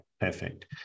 perfect